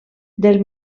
del